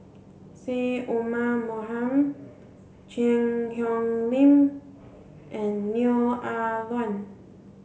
Syed Omar Mohamed Cheang Hong Lim and Neo Ah Luan